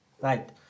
right